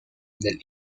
del